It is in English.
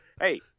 Hey